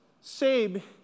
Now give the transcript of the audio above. save